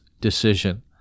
decision